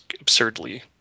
absurdly